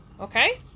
okay